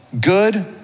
Good